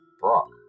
Brock